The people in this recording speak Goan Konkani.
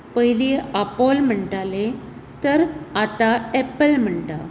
पयली आपोल म्हणटाले तर आतां एप्पल म्हणटात